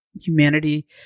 humanity